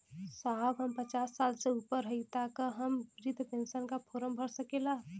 साहब हम पचास साल से ऊपर हई ताका हम बृध पेंसन का फोरम भर सकेला?